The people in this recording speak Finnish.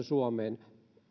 suomeen